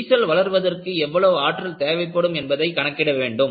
விரிசல் வளர்வதற்கு எவ்வளவு ஆற்றல் தேவைப்படும் என்பதை கணக்கிட வேண்டும்